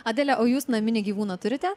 adele o jūs naminį gyvūną turite